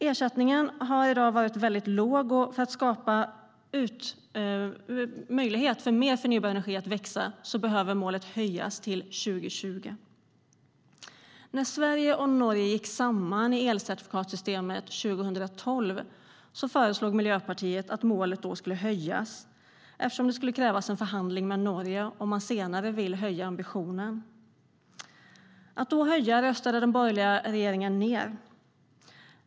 Ersättningen har varit väldigt låg, och för att skapa möjlighet för mer förnybar energi att växa behöver målet höjas till 2020. När Sverige och Norge gick samman i elcertifikatssystemet 2012 föreslog Miljöpartiet att målet skulle höjas eftersom det skulle krävas en förhandling med Norge om man senare ville höja ambitionen. Den borgerliga regeringen röstade ned förslaget om att man då skulle höja det.